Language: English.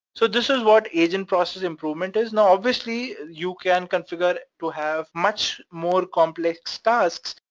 so this is what agent process improvement is. now, obviously you can configure it to have much more complex tasks,